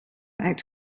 act